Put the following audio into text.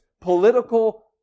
political